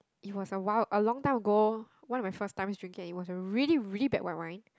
it was awhile a long time ago one of my first times drinking and it was a really really bad white wine